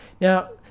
Now